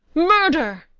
murder!